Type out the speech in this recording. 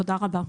תודה רבה.